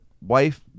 wife